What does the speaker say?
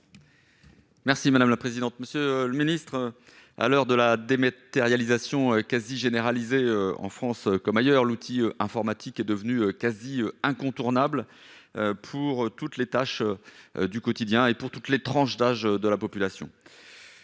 Merci madame la présidente, monsieur le ministre, à l'heure de la dématérialisation quasi généralisée en France comme ailleurs, l'outil informatique est devenu quasi incontournable pour toutes les tâches du quotidien et pour toutes les tranches d'âges de la population,